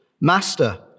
Master